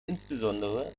insbesondere